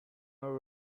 our